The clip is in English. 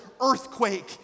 Earthquake